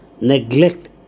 neglect